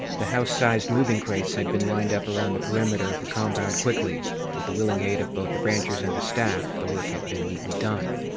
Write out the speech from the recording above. the house-sized moving crates had been lined up around the perimeter of the compound quickly with the willing aid of both the ranchers and the staff, the work had been neatly done.